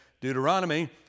Deuteronomy